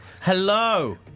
Hello